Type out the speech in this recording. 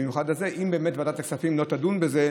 במיוחד על זה, אם באמת ועדת הכספים לא תדון בזה,